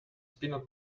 peanut